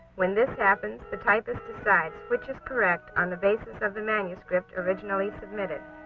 when this happens, the typist decides which is correct on the basis of the manuscript originally submitted.